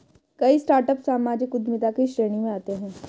कई स्टार्टअप सामाजिक उद्यमिता की श्रेणी में आते हैं